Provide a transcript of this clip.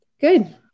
Good